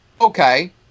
okay